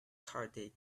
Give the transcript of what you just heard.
karate